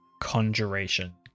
Conjuration